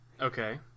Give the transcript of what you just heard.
Okay